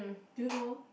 do you know